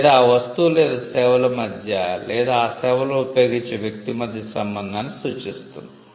లేదా ఆ వస్తువులు లేదా సేవల మధ్య లేదా ఆ సేవలను ఉపయోగించే వ్యక్తి మధ్య సంబంధాన్ని సూచిస్తుంది